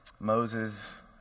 Moses